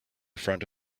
front